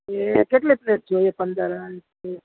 કેટલી પ્લેટ જોવે પંદર